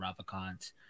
Ravikant